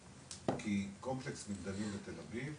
כי קומפלקס מגדלים בתל אביב,